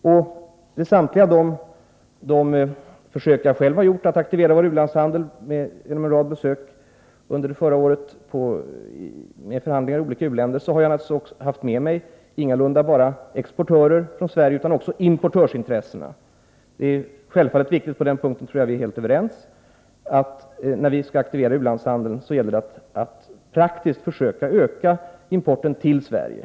Vid samtliga de försök jag själv har gjort att aktivera vår u-landshandel — genom en rad besök i olika u-länder under förra året med förhandlingar — har jag ingalunda haft med mig enbart exportörer utan också företrädare för importörsintressen. Det är självfallet viktigt — och jag tror att vi är helt överens på den punkten — när vi skall aktivera u-landshandeln att försöka att praktiskt öka importen till Sverige.